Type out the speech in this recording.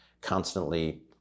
constantly